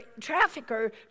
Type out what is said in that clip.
trafficker